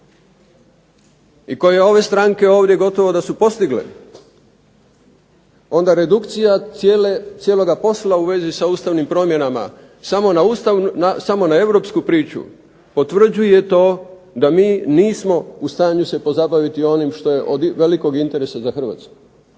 i koje ove stranke ovdje gotovo da su postigle onda redukcija cijeloga posla u vezi sa ustavnim promjenama samo na europsku priču potvrđuje to da mi nismo u stanju se pozabaviti onim što je od velikog interesa za Hrvatsku.